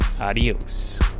adios